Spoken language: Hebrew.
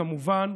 כמובן,